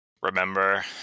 remember